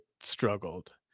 struggled